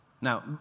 Now